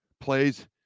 Plays